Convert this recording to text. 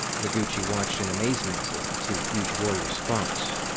noguchi watched in amazement as the two huge warriors fought.